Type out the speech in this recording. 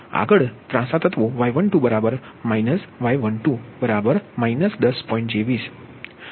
તો આ બરાબર 22